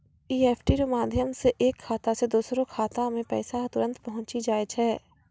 EFT रो माध्यम से एक खाता से दोसरो खातामे पैसा तुरंत पहुंचि जाय छै